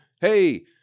Hey